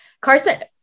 Carson